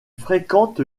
fréquente